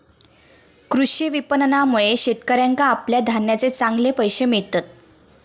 कृषी विपणनामुळे शेतकऱ्याका आपल्या धान्याचे चांगले पैशे मिळतत